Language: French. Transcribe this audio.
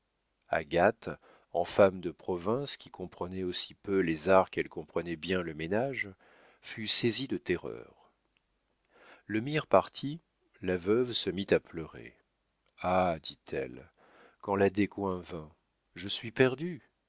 agathe en femme de province qui comprenait aussi peu les arts qu'elle comprenait bien le ménage fut saisie de terreur lemire parti la veuve se mit à pleurer ah dit-elle quand la descoings vint je suis perdue